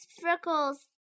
freckles